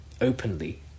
openly